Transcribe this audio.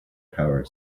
power